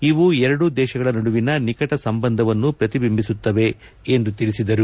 ಇವು ಎರಡೂ ದೇಶಗಳ ನಡುವಿನ ನಿಕಟ ಸಂಬಂಧದವನ್ನು ಪ್ರತಿಬಿಂಬಿಸುತ್ತವೆ ಎಂದು ತಿಳಿಸಿದರು